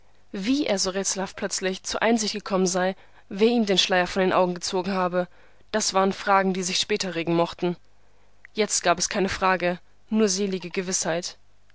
wie er so rätselhaft plötzlich zur einsicht gekommen sei wer ihm den schleier von den augen gezogen habe das waren fragen die sich später regen mochten jetzt gab es keine frage nur selige gewißheit